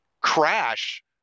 crash